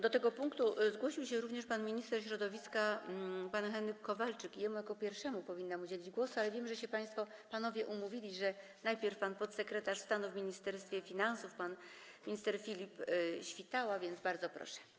Do głosu w tym punkcie zgłosił się również minister środowiska pan Henryk Kowalczyk i jemu jako pierwszemu powinnam udzielić głosu, ale wiem, że się panowie umówili, że najpierw wystąpi podsekretarz stanu w Ministerstwie Finansów pan minister Filip Świtała, więc bardzo proszę.